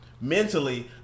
Mentally